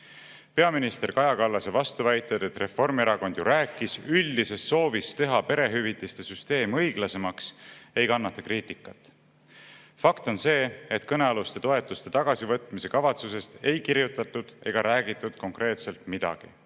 Peaminister Kaja Kallase vastuväited, et Reformierakond ju rääkis üldisest soovist teha perehüvitiste süsteem õiglasemaks, ei kannata kriitikat. Fakt on see, et kõnealuste toetuste tagasivõtmise kavatsusest ei kirjutatud ega räägitud konkreetselt midagi.